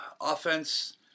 offense